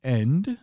end